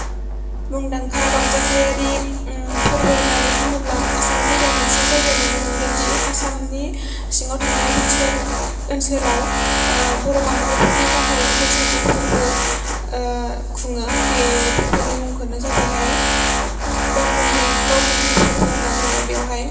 मुंदांखा रंजाथायारि फोरबो होननानै बुङोब्ला आसामाव फैब्ला मोनसे जायगायाव नुनो मोनगोनदि आसामनि सिङाव थानाय बि थि आर ओनसोलाव बर' माहारिफोरनि थाखाय बैसागु फोरबो खुङो बे फोरबोनि मुंखौनो जाबायहाय बाउखुंग्रि बाउखुंग्रि फोरबो होनना बुङो बेवहाय